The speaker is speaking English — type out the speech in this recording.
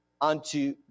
unto